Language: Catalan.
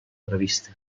prevista